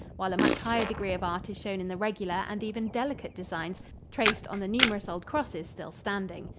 while a much higher degree of art is shown in the regular and even delicate designs traced on the numerous old crosses still standing.